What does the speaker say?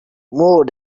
more